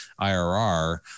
IRR